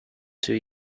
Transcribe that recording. two